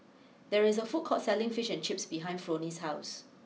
there is a food court selling Fish and Chips behind Fronie's house